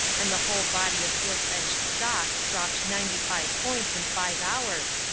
and the whole body of gilt-edged stocks dropped ninety-five points in five hours,